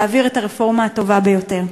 להעביר את הרפורמה הטובה ביותר.